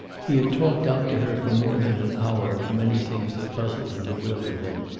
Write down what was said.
he had talked out to her for more than an hour of the many things that puzzled and bewildered him.